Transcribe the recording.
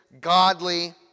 godly